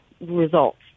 results